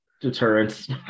Deterrence